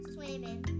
Swimming